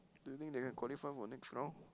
do you think they can qualify for next round